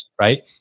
right